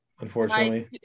unfortunately